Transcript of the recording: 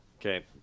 Okay